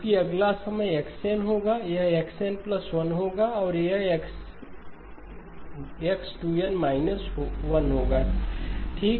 चूँकि अगला समयXN होगा यह XN1 होगा और यहX2N 1 होगा ठीक